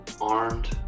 armed